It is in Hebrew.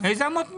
איפה אמות מידה?